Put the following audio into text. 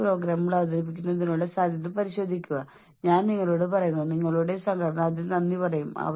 അല്ലെങ്കിൽ നിങ്ങളെ പുറത്താക്കാൻ പോകുന്നു കാരണം നിങ്ങൾക്ക് വിവിധ കാരണങ്ങളാൽ ജോലിയിൽ വേണ്ട രീതിയിൽ പ്രകടനം നടത്താൻ കഴിഞ്ഞില്ല